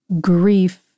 grief